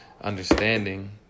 understanding